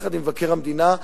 יחד עם מבקר המדינה,